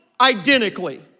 identically